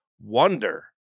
wonder